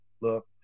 look